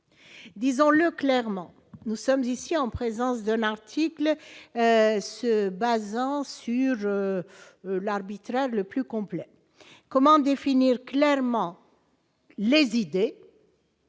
disons-le clairement : nous sommes ici en présence de l'article, se basant sur l'arbitraire le plus complet, comment définir clairement. Les idées.